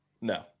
No